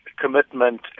commitment